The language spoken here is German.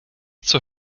zur